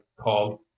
called